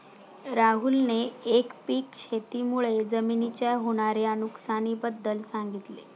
राहुलने एकपीक शेती मुळे जमिनीच्या होणार्या नुकसानी बद्दल सांगितले